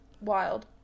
wild